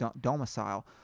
domicile